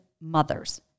mothers